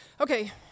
Okay